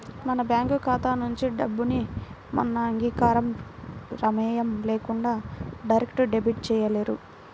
మన బ్యేంకు ఖాతా నుంచి డబ్బుని మన అంగీకారం, ప్రమేయం లేకుండా డైరెక్ట్ డెబిట్ చేయలేరు